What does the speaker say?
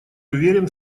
уверен